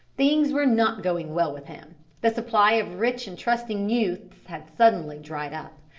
things were not going well with him the supply of rich and trusting youths had suddenly dried up.